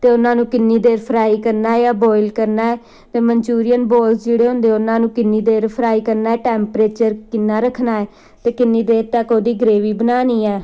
ਅਤੇ ਉਹਨਾਂ ਨੂੰ ਕਿੰਨੀ ਦੇਰ ਫਰਾਈ ਕਰਨਾ ਜਾਂ ਬੋਇਲ ਕਰਨਾ ਹੈ ਅਤੇ ਮਨਚੂਰੀਅਨ ਬੋਲਸ ਜਿਹੜੇ ਹੁੰਦੇ ਉਹਨਾਂ ਨੂੰ ਕਿੰਨੀ ਦੇਰ ਫਰਾਈ ਕਰਨਾ ਹੈ ਟੈਂਪਰੇਚਰ ਕਿੰਨਾ ਰੱਖਣਾ ਹੈ ਅਤੇ ਕਿੰਨੀ ਦੇਰ ਤੱਕ ਉਹਦੀ ਗਰੇਵੀ ਬਣਾਉਣੀ ਹੈ